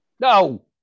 No